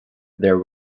there